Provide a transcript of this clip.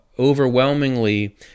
overwhelmingly